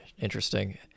interesting